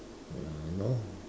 ya you know